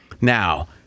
Now